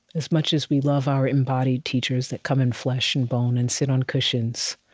as much as we love our embodied teachers that come in flesh and bone and sit on cushions